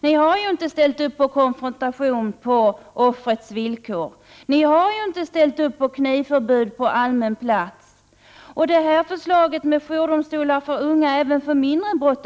Ni har ju inte ställt upp bakom förslaget till konfrontation på offrets villkor, inte bakom förslaget om knivförbud på allmän plats. Ni har inte heller ställt upp bakom förslaget om jourdomstolar för unga även vid mindre brott!